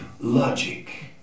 logic